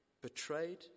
betrayed